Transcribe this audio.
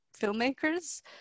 filmmakers